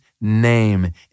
name